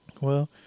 Well